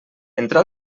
entre